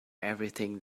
everything